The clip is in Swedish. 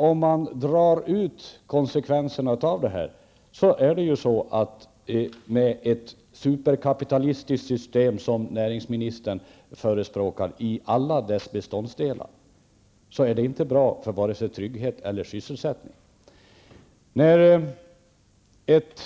Om man drar ut konsekvenserna av detta resonemang, finner man att ett superkapitalistiskt system som näringsministern förespråkar i alla dess beståndsdelar inte är bra för vare sig tryggheten eller sysselsättningen. När ett